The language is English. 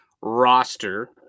roster